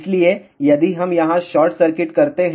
इसलिए यदि हम यहां शॉर्ट सर्किट करते हैं